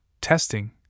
testing